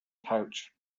pouch